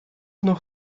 noch